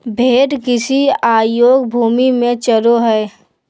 भेड़ कृषि अयोग्य भूमि में चरो हइ